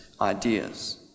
ideas